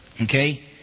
Okay